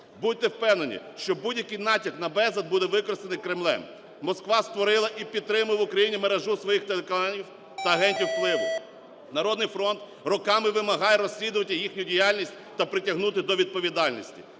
Будьте впевнені, що будь-який натяк на безлад буде використаний Кремлем. Москва створила і підтримує в Україні мережу своїх телеканалів та агентів впливу. "Народний фронт" роками вимагає розслідувати їхню діяльність та притягнути до відповідальності,